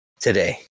today